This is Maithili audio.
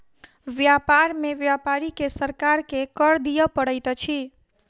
व्यापार में व्यापारी के सरकार के कर दिअ पड़ैत अछि